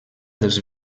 dels